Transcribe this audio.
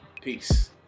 peace